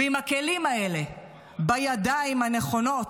ועם הכלים האלה בידיים הנכונות,